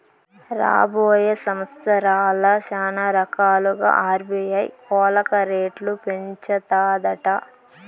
రాబోయే సంవత్సరాల్ల శానారకాలుగా ఆర్బీఐ కోలక రేట్లు పెంచతాదట